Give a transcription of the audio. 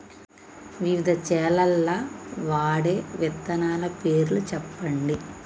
వివిధ చేలల్ల వాడే విత్తనాల పేర్లు చెప్పండి?